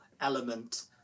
element